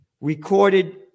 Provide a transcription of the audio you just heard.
recorded